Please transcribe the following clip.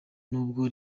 nubwo